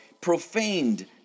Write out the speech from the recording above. profaned